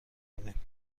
کنید